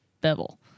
Bevel